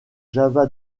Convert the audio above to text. java